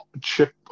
chip